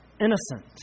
innocent